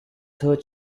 third